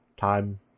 Time